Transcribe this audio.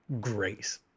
grace